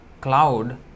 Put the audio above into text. cloud